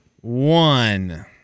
one